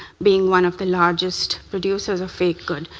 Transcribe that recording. being one of the largest producers of fake goods.